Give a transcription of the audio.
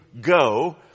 go